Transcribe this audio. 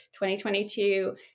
2022